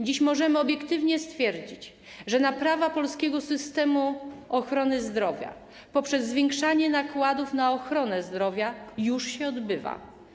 Dziś możemy obiektywnie stwierdzić, że naprawa polskiego systemu ochrony zdrowia poprzez zwiększanie nakładów na ochronę zdrowia już się odbywa.